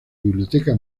biblioteca